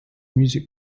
music